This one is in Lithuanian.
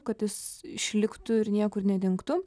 kad jis išliktų ir niekur nedingtų